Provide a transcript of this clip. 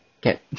get